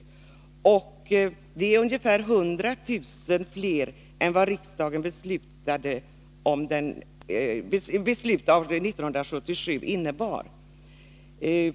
Det är ungefär 100 000 fler än vad riksdagens beslut 1977 innebar.